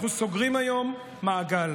אנחנו סוגרים היום מעגל.